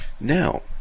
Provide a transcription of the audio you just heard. Now